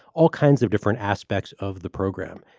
all kinds of different aspects of the program.